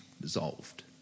Dissolved